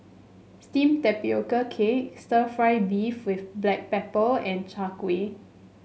steamed Tapioca Cake Stir Fried Beef with Black Pepper and Chai Kuih